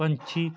ਪੰਛੀ